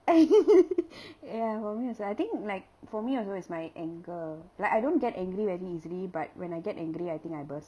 ya for me also I think like for me also is my anger like I don't get angry very easily but when I get angry I think I burst